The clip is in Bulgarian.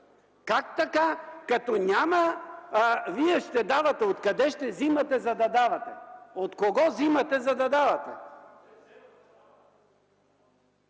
Как така, като няма, вие ще давате? Откъде ще взимате, за да давате? От кого взимате, за да давате?